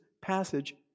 passage